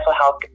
health